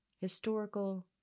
historical